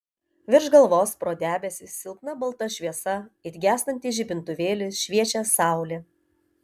virš galvos pro debesis silpna balta šviesa it gęstantis žibintuvėlis šviečia saulė